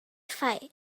fight